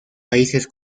países